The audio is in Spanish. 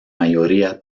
mayoría